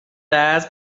dies